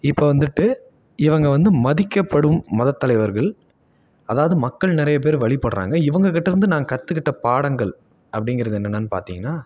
இப்போ வந்துட்டு இவங்க வந்து மதிக்கப்படும் மத தலைவர்கள் அதாவது மக்கள் நிறைய பேர் வழிபடுறாங்க இவங்க கிட்டே இருந்து நாங்கள் கற்றுக்கிட்ட பாடங்கள் அப்படிங்கிறது என்னென்னன்று பார்த்தீங்கன்னா